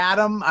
Adam